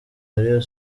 rayon